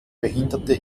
behinderte